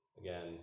Again